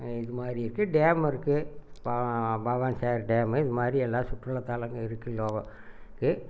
இது மாதிரி இருக்கு டேமுருக்கு பவானிசேகர் டேமு இது மாதிரி எல்லா சுற்றுலாத்தலங்கள் இருக்கு இருக்கு